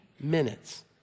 Minutes